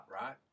right